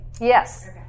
Yes